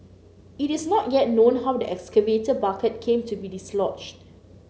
it is not yet known how the excavator bucket came to be dislodged